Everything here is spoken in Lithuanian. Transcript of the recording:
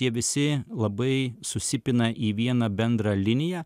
jie visi labai susipina į vieną bendrą liniją